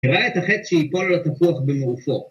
הוא ראה את החץ שהיא שיפול ‫על התפוח במעופו.